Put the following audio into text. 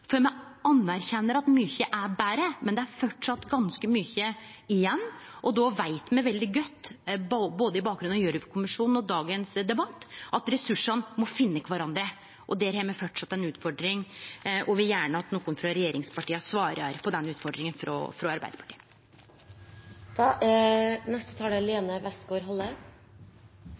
Me anerkjenner at mykje er betre, men det er framleis ganske mykje igjen, og då veit me veldig godt, med bakgrunn i både Gjørv-kommisjonen og dagens debatt, at ressursane må finne kvarandre, og der har me framleis ei utfordring. Eg vil gjerne at nokon frå regjeringspartia svarar på den utfordringa frå Arbeidarpartiet. Det er